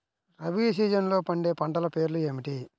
రబీ సీజన్లో పండే పంటల పేర్లు ఏమిటి?